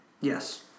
Yes